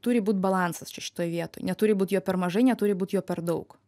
turi būt balansas čia šitoj vietoj neturi būti jo per mažai neturi būti jo per daug